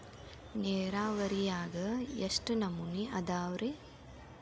ನೇರಾವರಿಯಾಗ ಎಷ್ಟ ನಮೂನಿ ಅದಾವ್ರೇ?